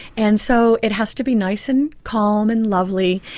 and so it has to be nice and calm and lovely,